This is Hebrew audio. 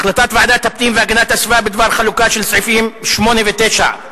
החלטת ועדת הפנים והגנת הסביבה בדבר חלוקה של סעיפים 8 ו-9,